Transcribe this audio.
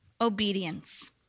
obedience